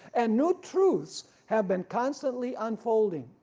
and new truths have been constantly unfolding.